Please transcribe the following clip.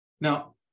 now